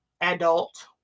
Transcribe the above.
adult